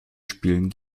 spielen